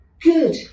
good